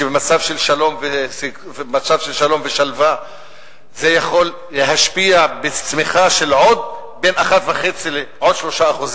שבמצב של שלום ושלווה זה יכול להשפיע בצמיחה של עוד בין 1.5% ל-3%,